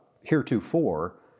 heretofore